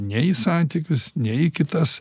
ne į santykius ne į kitas